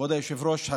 כבוד היושב-ראש,